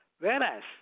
whereas